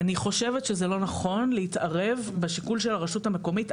אני חושבת שזה לא נכון להתערב בשיקול של הרשות המקומית.